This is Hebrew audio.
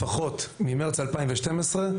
לפחות ממרץ 2012,